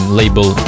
label